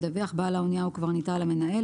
ידווח בעל האנייה או קברניטה למנהל,